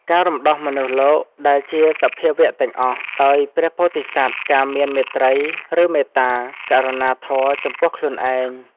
ការរំដោះមនុស្សលោកដែលជាសភាវៈទាំងអស់ដោយព្រះពោធិសត្វ ការមាន មេត្រី ឬមេត្តា ករុណាធម៌ចំពោះខ្លួនឯង ។